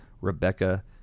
Rebecca